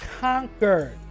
conquered